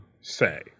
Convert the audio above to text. say